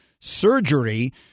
surgery